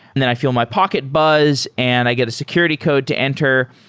then i feel my pocket buzz and i get a security code to enter,